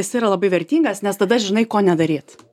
jis yra labai vertingas nes tada žinai ko nedaryt